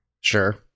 Sure